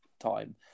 time